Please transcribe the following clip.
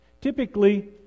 Typically